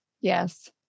Yes